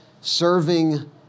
serving